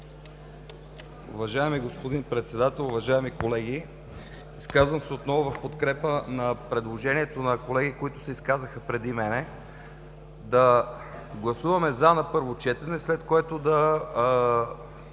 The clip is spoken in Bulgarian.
Уважаеми господин Председател, уважаеми колеги! Изказвам се отново в подкрепа на предложението на колеги, които се изказаха преди мен – да гласуваме „за“ на първо четене, след което да